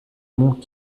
mont